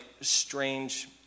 strange